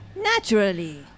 Naturally